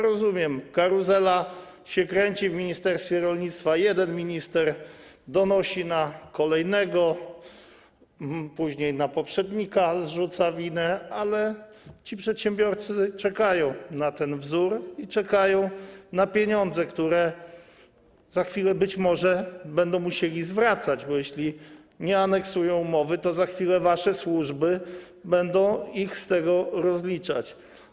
Rozumiem, że karuzela się kręci, w ministerstwie rolnictwa jeden minister donosi na kolejnego, później zrzuca winę na poprzednika, ale przedsiębiorcy czekają na ten wzór i czekają na pieniądze, które za chwilę być może będą musieli zwracać, bo jeśli nie aneksują umowy, to za chwilę wasze służby będą ich z tego rozliczać.